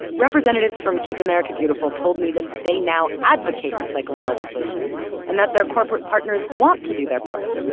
representatives from keep america beautiful told me that they now advocate recycling legislation and that their corporate partners want to do their part.